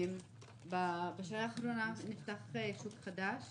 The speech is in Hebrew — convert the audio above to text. בשנה האחרונה נפתח שוק חדש